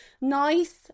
nice